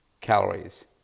calories